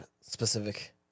specific